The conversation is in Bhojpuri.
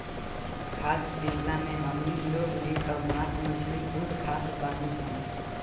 खाद्य शृंख्ला मे हमनी लोग भी त मास मछली कुल खात बानीसन